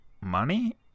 money